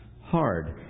hard